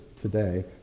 today